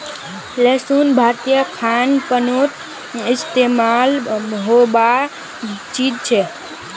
लहसुन भारतीय खान पानोत इस्तेमाल होबार चीज छे